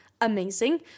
amazing